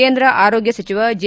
ಕೇಂದ್ರ ಆರೋಗ್ಯ ಸಚಿವ ಜೆ